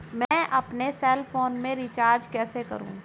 मैं अपने cell phone में रिचार्ज कैसे करूँ?